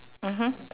mmhmm